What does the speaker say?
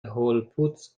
هولفودز